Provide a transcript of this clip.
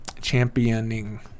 Championing